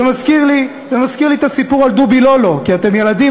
זה מזכיר לי את הסיפור על "דובי לא לא" כי אתם ילדים,